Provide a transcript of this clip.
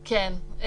כן.